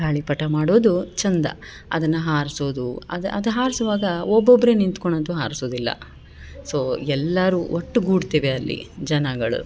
ಗಾಳಿಪಟ ಮಾಡೋದು ಚಂದ ಅದನ್ನು ಹಾರಿಸೋದು ಅದು ಅದು ಹಾರಿಸುವಾಗ ಒಬ್ಬೊಬ್ರೆ ನಿತ್ಕೊಳೊದು ಹಾರ್ಸೋದಿಲ್ಲ ಸೊ ಎಲ್ಲರು ಒಟ್ಟುಗೂಡ್ತೇವೆ ಅಲ್ಲಿ ಜನಗಳು